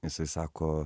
jisai sako